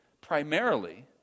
primarily